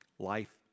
Life